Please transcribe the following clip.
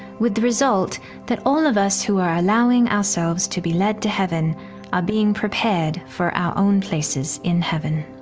with the result that all of us who are allowing ourselves to be led to heaven are being prepared for our own places in heaven.